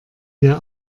der